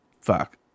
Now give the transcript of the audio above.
fuck